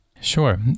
Sure